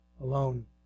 alone